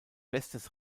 bestes